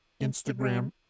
Instagram